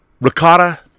Ricotta